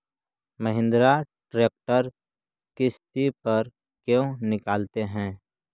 Mahindra tractor किसति पर क्यों निकालते हैं?